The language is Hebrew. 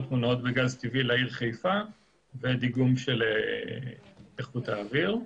מונעות בגז טבעי לעיר חיפה ודיגום של איכות האוויר.